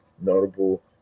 notable